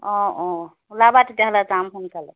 অঁ অঁ ওলাবা তেতিয়াহ'লে যাম সোনকালে